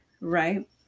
Right